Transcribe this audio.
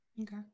Okay